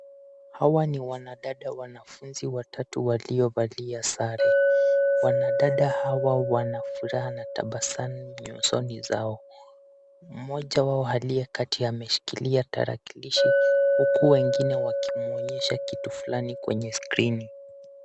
Hawa ni wanadada wanafunzi watatu waliovalia sare. Wanadada hawa wana furaha na tabasamu nyusoni zao. Mmoja wao aliye kati ameshikilia tarakilishi huku wengine wakimwonyesha kitu fulani kwenye skrini.